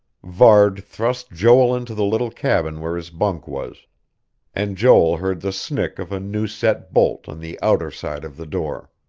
varde thrust joel into the little cabin where his bunk was and joel heard the snick of a new-set bolt on the outer side of the door.